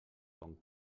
com